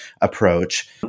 approach